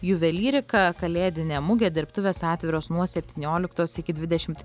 juvelyrika kalėdinė mugė dirbtuvės atviros nuo septynioliktos iki dvidešimt